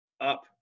up